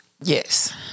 Yes